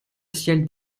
ciel